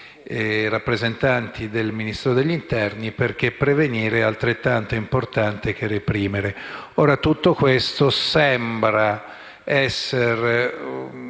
Grazie